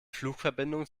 flugverbindung